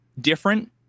different